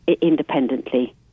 independently